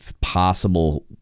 possible